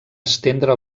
estendre